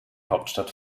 hauptstadt